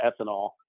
ethanol